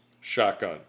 shotgun